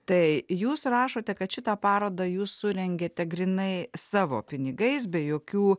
tai jūs rašote kad šitą parodą jūs surengėte grynai savo pinigais be jokių